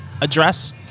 address